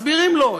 מסבירים לו,